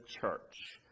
church